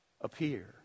appear